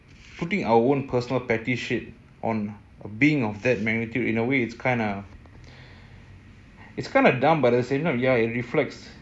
putting our own personal petty shit on a being of that magnitude in a way it's kind of it's kind of dumb but at the same time ya it reflects human beings need for validation you know because if